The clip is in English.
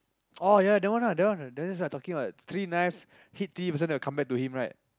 oh ya that one ah that one that one I talking about three knives then they'll come back to him right